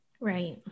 Right